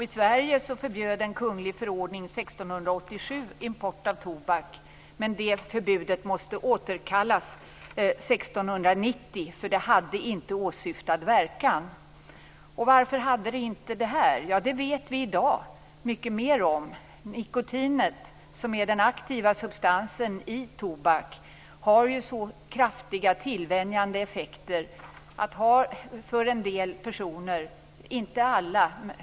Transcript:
I Sverige förbjöd en kunglig förordning år 1687 import av tobak men det förbudet måste återkallas år 1690 därför att det inte hade åsyftad verkan. Varför? Ja, det vet vi i dag mycket mer om. Nikotinet, som är den aktiva substansen i tobak, har mycket kraftiga tillvänjande effekter för en del personer - inte för alla.